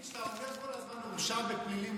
אתה אומר כל הזמן: מורשע בפלילים,